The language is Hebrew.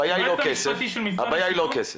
הבעיה היא לא כסף.